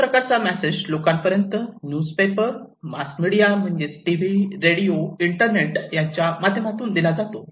अशा प्रकारचा मेसेज लोकां पर्यंत न्युज पेपर मास मीडिया म्हणजेच टीव्ही रेडिओ इंटरनेट यांच्या माध्यमातून दिला जातो